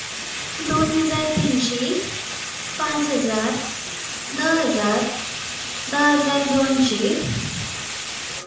दोन हजार तिनशी पांच हजार धा हजार धा हजार दोनशी